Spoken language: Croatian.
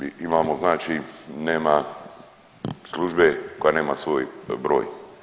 Imamo znači, nema službe koja nema svoj broj.